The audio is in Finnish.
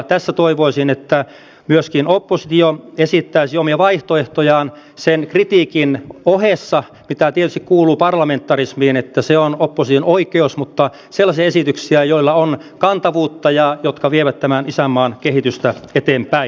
tässä toivoisin että myöskin oppositio esittäisi omia vaihtoehtojaan sen kritiikin ohessa mikä tietysti kuuluu parlamentarismiin se on opposition oikeus mutta toivoisin sellaisia esityksiä joilla on kantavuutta ja jotka vievät tämän isänmaan kehitystä eteenpäin